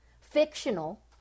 fictional